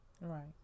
Right